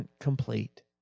complete